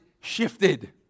shifted